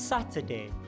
Saturday